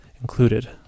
included